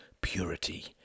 purity